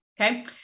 Okay